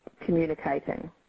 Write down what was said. communicating